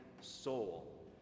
soul